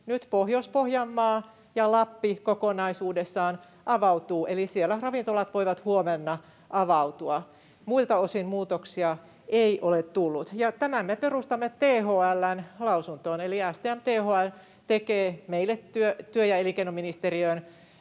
nyt Pohjois-Pohjanmaa ja Lappi kokonaisuudessaan avautuvat, eli siellä ravintolat voivat huomenna avautua. Muilta osin muutoksia ei ole tullut. Ja tämän me perustamme THL:n lausuntoon, eli STM ja THL tekevät meille työ- ja elinkeinoministeriöön